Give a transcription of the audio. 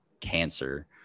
cancer